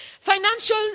financial